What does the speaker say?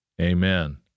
Amen